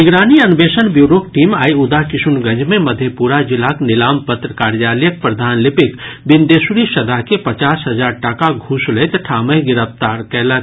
निगरानी अन्वेषण ब्यूरोक टीम आइ उदाकिशुनगंज मे मधेपुरा जिलाक नीलाम पत्र कार्यालयक प्रधान लिपिक बिन्देश्वरी सदा के पचास हजार टाका घूस लैत ठामहि गिरफ्तार कयलक